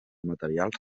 materials